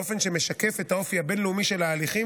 באופן שמשקף את האופי הבין-לאומי של ההליכים